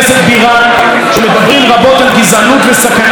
שמדברים רבות על גזענות וסכנה לדמוקרטיה,